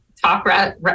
talk